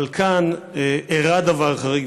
אבל כאן אירע דבר חריג,